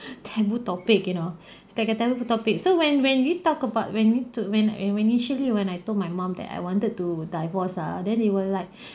taboo topic you know it's like a taboo topic so when when we talk about when we to when initially when I told my mum that I wanted to divorce ah then they were like